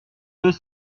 deux